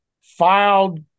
filed